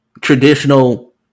traditional